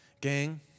Gang